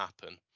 happen